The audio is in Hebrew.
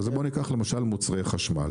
בוא ניקח למשל מוצרי חשמל